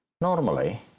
Normally